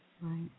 Right